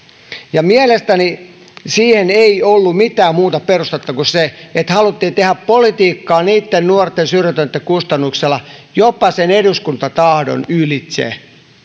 mielestäni siihen ei ollut mitään muuta perustetta kuin se että haluttiin tehdä politiikkaa niitten nuorten syrjäytyneitten kustannuksella jopa sen eduskuntatahdon ylitse